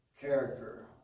character